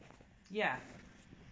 yeah